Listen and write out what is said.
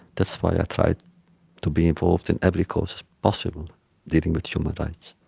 that's why i try to be involved in every cause possible dealing with human rights.